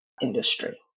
industry